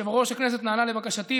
יושב-ראש הכנסת נענה לבקשתי,